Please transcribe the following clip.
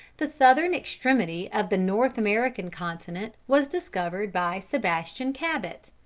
the southern extremity of the north american continent was discovered by sebastian cabot.